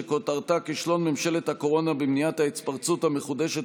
שכותרתה: כישלון ממשלת הקורונה במניעת ההתפרצות המחודשת